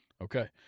Okay